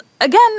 again